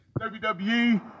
WWE